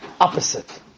opposite